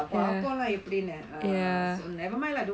பாப்போம்:paapom lah எப்படினு:eppadinu so never mind lah don't